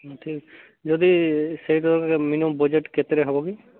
ଯଦି ସେଇ minimum budget କେତେରେ ହେବ କି